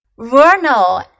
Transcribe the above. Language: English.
Vernal